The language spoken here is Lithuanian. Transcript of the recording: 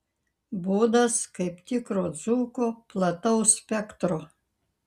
būdas kaip tikro dzūko plataus spektro